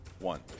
one